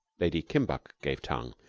lady kimbuck gave tongue.